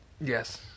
Yes